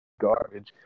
garbage